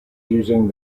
using